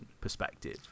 perspective